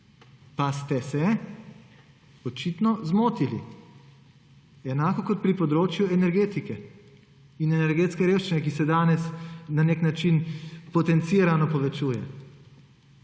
Pa ste se očitno zmotili. Enako kot pri področju energetike in energetske revščine, ki se danes na nek način potencirano povečuje.